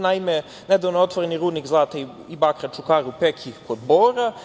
Naime, nedavno je otvoren i rudnik zlata i bakra „Čukaru Peki“ kod Bora.